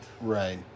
Right